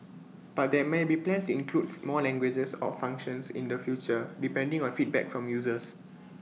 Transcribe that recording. but there may be plans to includes more languages or functions in the future depending on feedback from users